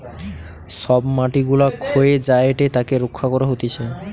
সব মাটি গুলা ক্ষয়ে যায়েটে তাকে রক্ষা করা হতিছে